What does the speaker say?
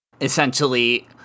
essentially